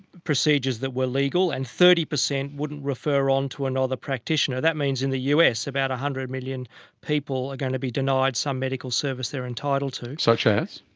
procedures that were legal, and thirty percent wouldn't refer on to another practitioner. that means in the us about one hundred million people are going to be denied some medical service they are entitled to. such as?